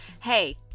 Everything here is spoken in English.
hey